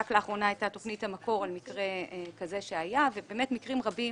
רק לאחרונה הייתה תוכנית "המקור" על מקרה כזה שהיה ובמקרים רבים